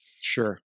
Sure